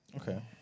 Okay